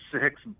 six